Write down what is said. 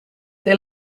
they